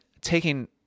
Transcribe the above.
taking